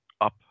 up